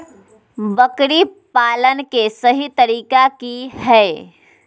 बकरी पालन के सही तरीका की हय?